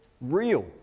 real